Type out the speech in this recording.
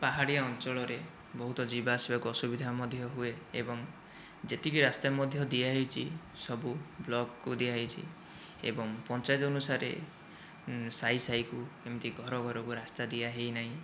ପାହାଡ଼ିଆ ଅଞ୍ଚଳରେ ବହୁତ ଯିବା ଆସିବାକୁ ଅସୁବିଧା ମଧ୍ୟ ହୁଏ ଏବଂ ଯେତିକି ରାସ୍ତା ମଧ୍ୟ ଦିଆ ହୋଇଛି ସବୁ ବ୍ଲକକୁ ଦିଆ ହୋଇଛି ଏବଂ ପଞ୍ଚାୟତ ଅନୁସାରେ ସାହି ସାହିକୁ ଏମିତି ଘର ଘରକୁ ରାସ୍ତା ଦିଆ ହୋଇନାହିଁ